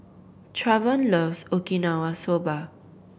Travon loves Okinawa Soba